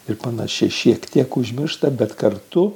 ir panašiai šiek tiek užmiršta bet kartu